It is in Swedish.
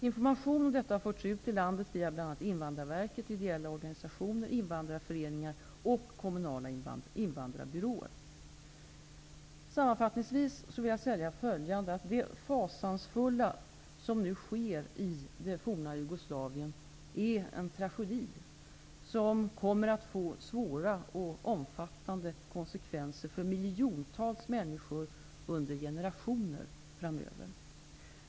Information om detta har förts ut i landet via bl.a. Sammanfattningsvis vill jag säga följande: Det fasansfulla som nu sker i det forna Jugoslavien är en tragedi, som kommer att få svåra och omfattande konsekvenser för miljontals människor under generationer framöver.